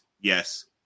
yes